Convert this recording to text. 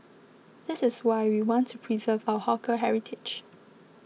this is why we want to preserve our hawker heritage